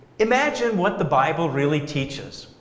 imagine what the bible really teaches.